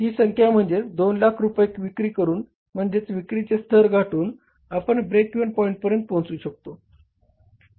ही संख्या म्हणजेच 200000 रुपये विक्री करून म्हणजेच विक्रीचे स्तर गाठून आपण ब्रेक इव्हन पॉईंट पर्यंत पोहचू शकतो